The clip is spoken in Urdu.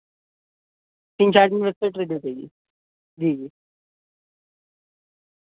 تین چار دن ویب سائٹ ریڈی چاہیے